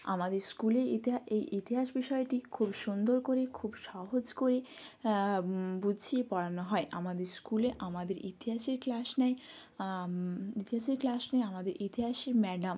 আমাদের স্কুলে ইতিহা এই ইতিহাস বিষয়টি খুব সুন্দর করে খুব সহজ করে বুঝিয়ে পড়ানো হয় আমাদের স্কুলে আমাদের ইতিহাসের ক্লাস নেয় ইতিহাসের ক্লাস নেয় আমাদের ইতিহাসের ম্যাডাম